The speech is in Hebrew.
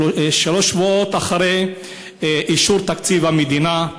שלושה שבועות אחרי אישור תקציב המדינה.